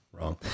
Wrong